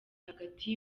hagati